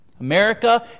America